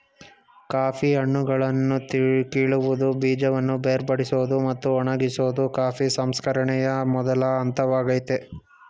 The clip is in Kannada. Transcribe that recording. ಕಾಫಿ ಹಣ್ಣುಗಳನ್ನು ಕೀಳುವುದು ಬೀಜವನ್ನು ಬೇರ್ಪಡಿಸೋದು ಮತ್ತು ಒಣಗಿಸೋದು ಕಾಫಿ ಸಂಸ್ಕರಣೆಯ ಮೊದಲ ಹಂತವಾಗಯ್ತೆ